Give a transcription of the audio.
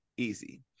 Easy